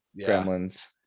gremlins